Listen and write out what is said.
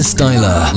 Styler